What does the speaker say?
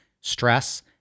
stress